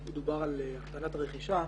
מדובר על הקטנת הרכישה,